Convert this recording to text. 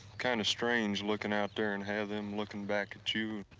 kind of strange lookin' out there and have them lookin' back at you,